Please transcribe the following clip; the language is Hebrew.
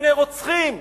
מפני רוצחים,